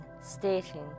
stating